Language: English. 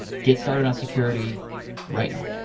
get started on security right now.